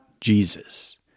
Jesus